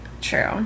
True